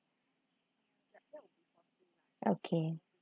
okay